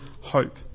hope